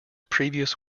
previous